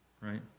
right